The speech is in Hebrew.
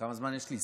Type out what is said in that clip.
כמה זמן יש לי?